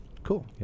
Cool